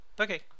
Okay